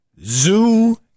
zoo